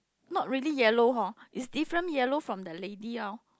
not really yellow hor is different yellow from the lady orh